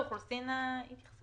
אני אפנה למינהל האוכלוסין.